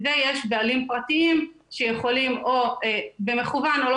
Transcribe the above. ויש בעלים פרטיים שיכולים או במכוון או לא